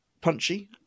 punchy